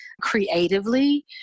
creatively